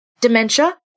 dementia